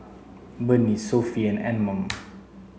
Burnie Sofy and Anmum